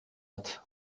hat